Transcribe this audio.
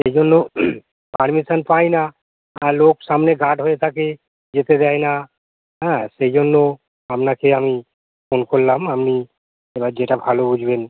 সেই জন্য পারমিশান পাই না লোক সামনে গার্ড হয়ে থাকে যেতে দেয় না হ্যাঁ সেই জন্য আপনাকে আমি ফোন করলাম আপনি এবার যেটা ভালো বুঝবেন